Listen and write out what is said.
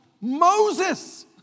Moses